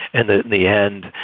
and the the end,